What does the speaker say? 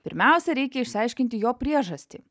pirmiausia reikia išsiaiškinti jo priežastį